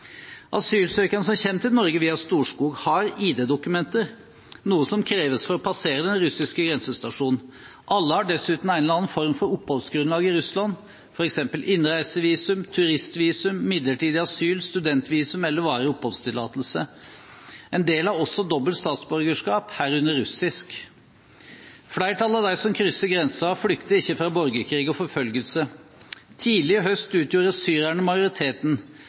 som kommer til Norge via Storskog, har ID-dokumenter, noe som kreves for å passere den russiske grensestasjonen. Alle har dessuten en eller annen form for oppholdsgrunnlag i Russland, f.eks. innreisevisum, turistvisum, midlertidig asyl, studentvisum eller varig oppholdstillatelse. En del har også dobbelt statsborgerskap, herunder russisk. Flertallet av dem som krysser grensen, flykter ikke fra borgerkrig og forfølgelse. Tidlig i høst utgjorde syrerne majoriteten.